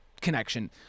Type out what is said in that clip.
connection